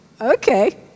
Okay